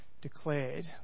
declared